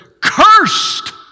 Cursed